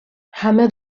همه